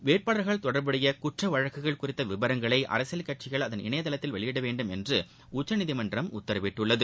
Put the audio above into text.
வேட்பாளர்கள் தொடர்புடைய குற்ற வழக்குகள் குறித்த விவரங்களை அரசியல் கட்சிகள் அதன் இணையதளத்தில் வெளியிட வேண்டும் என்று உச்சநீதிமன்றம் உத்தரவிட்டுள்ளது